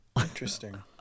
Interesting